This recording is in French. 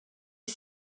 est